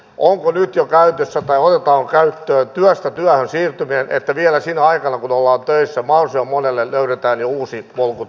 onko nyt jo käytössä tai otetaanko käyttöön työstä työhön siirtyminen että vielä sinä aikana kun ollaan töissä mahdollisimman monelle löydetään jo uusi polku työelämään